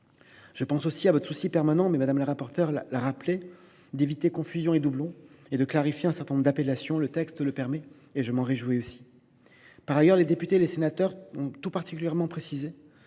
Je pense aussi à votre souci permanent, madame la rapporteure, d’éviter confusion et doublons et de clarifier un certain nombre d’appellations. Le texte le permet, et je m’en réjouis. Par ailleurs, les députés et les sénateurs ont tout particulièrement précisé